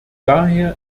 daher